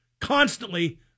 constantly